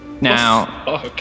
Now